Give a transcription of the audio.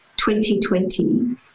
2020